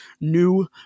new